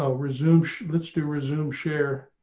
ah resume let's do resume share